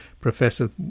Professor